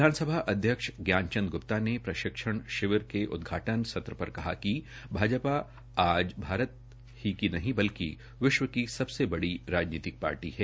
विधानसभा अध्यक्ष ज्ञान चंद ग्प्ता ने प्रशिक्षण शिविर के उद्घाटन सत्र पर कहा कि भाजपा आज भारत ही नहीं बल्कि विश्व की सबसे बड़ी राजनीतिक पार्टी है